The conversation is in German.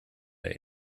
der